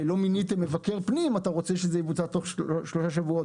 שאם לא מיניתם מבקר פנים - אתה רוצה שזה יבוצע תוך שלושה שבועות.